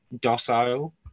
docile